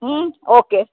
ಹ್ಞೂ ಓಕೆ